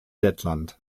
lettland